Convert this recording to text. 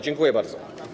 Dziękuję bardzo.